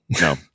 No